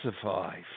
survive